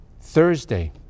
Thursday